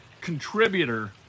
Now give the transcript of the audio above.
contributor